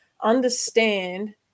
understand